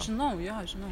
žinau jo žinau